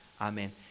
amen